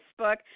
Facebook